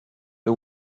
the